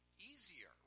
easier